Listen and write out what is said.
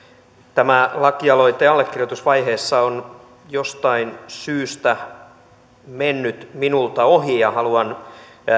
tämä lakialoite allekirjoitusvaiheessa on jostain syystä mennyt minulta ohi ja haluan